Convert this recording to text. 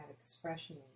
expression